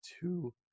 two